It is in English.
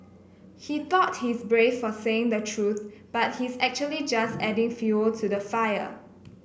he thought he's brave for saying the truth but he's actually just adding fuel to the fire